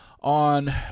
on